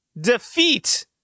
Defeat